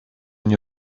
nie